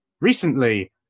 recently